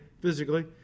physically